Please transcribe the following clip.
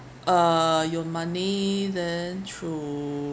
uh your money then through